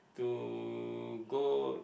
to go